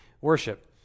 worship